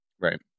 right